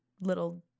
little